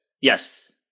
Yes